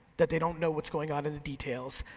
that they don't know what's going on in the details,